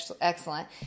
excellent